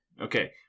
Okay